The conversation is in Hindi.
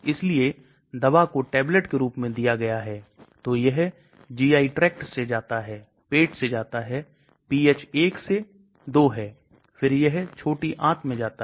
इसलिए उन्हें या तो एक सक्रिय प्रक्रिया या endocytosis से गुजरना पड़ता है जो ऊर्जा का उपयोग करने वाली प्रक्रिया है जबकि आपका निष्क्रिय प्रसार किसी भी ऊर्जा का उपयोग नहीं करता है